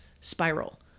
spiral